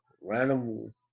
random